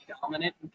dominant